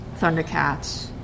thundercats